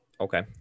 Okay